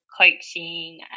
coaching